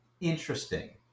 interesting